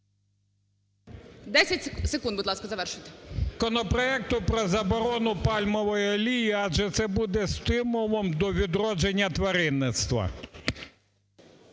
10 секунд, будь ласка, завершуйте. МОСІЙЧУК І.В. …законопроекту про заборону пальмової олії, адже це буде стимулом до відродження тваринництва.